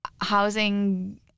Housing